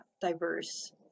diverse